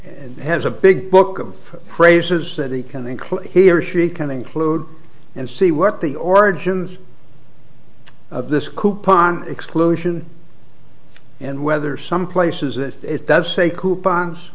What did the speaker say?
has a big book of phrases that he can include he or she can include and see what the origins of this coupon exclusion and whether some places if it does say coupons